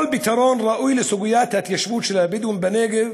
כל פתרון ראוי לסוגיית ההתיישבות של הבדואים בנגב